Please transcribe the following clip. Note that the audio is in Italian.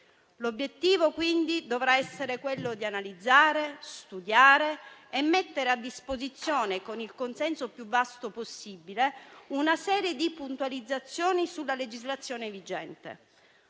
L'obiettivo, quindi, dovrà essere quello di analizzare, studiare e mettere a disposizione, con il consenso più vasto possibile, una serie di puntualizzazioni sulla legislazione vigente.